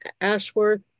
Ashworth